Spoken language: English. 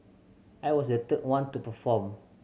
I was the third one to perform